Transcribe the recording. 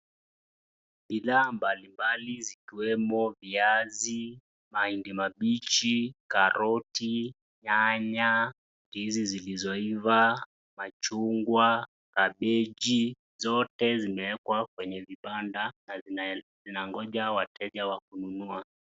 Bidhaa mbalimbali zikiwemo viazi, mahindi mabichi, karoti, nyanya, ndizi zilizoiva, machungwa, kabeji, zote zimewekwa kwenye vibanda na zinangoja wateja wa kununua.